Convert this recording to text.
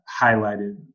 highlighted